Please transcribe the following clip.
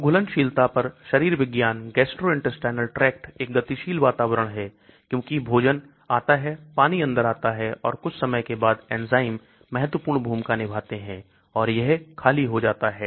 तो घुलनशीलता पर शरीर विज्ञान gastrointestinal tract एक गतिशील वातावरण है क्योंकि भोजन आता है पानी अंदर आता है और कुछ समय के बाद एंजाइम महत्वपूर्ण भूमिका निभाते हैं और यह खाली हो जाता है